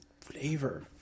flavor